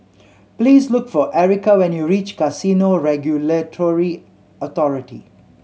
please look for Erika when you reach Casino Regulatory Authority